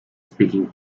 speaking